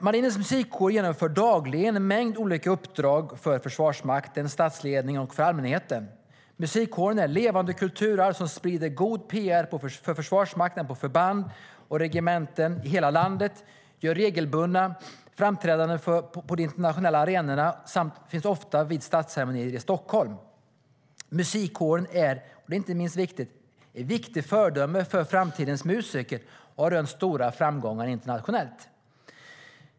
Marinens musikkår genomför en mängd olika uppdrag för Försvarsmakten, statsledningen och allmänheten. Musikkåren är ett levande kulturarv som sprider god pr åt Försvarsmakten på förband och regementen i hela landet, gör regelbundna framträdanden på internationella arenor och finns ofta med vid statsceremonier i Stockholm. Musikkåren är inte minst ett viktigt föredöme för framtidens musiker och har rönt stora framgångar internationellt.